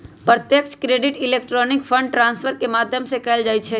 प्रत्यक्ष credit electronic fund transfer के माध्यम से कएल जाइ छइ